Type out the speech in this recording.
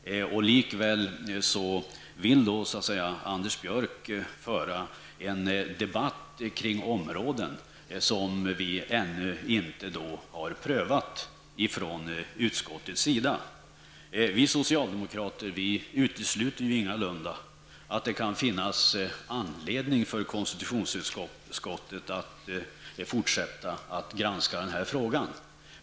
Anders Björck vill likväl föra en debatt kring områden som vi inte har prövat i utskottet ännu. Vi socialdemokrater utesluter ingalunda att det kan finnas anledning för konstitutionsutskottet att fortsätta att granska den här frågan.